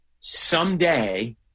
someday